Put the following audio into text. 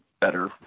better